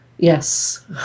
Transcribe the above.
Yes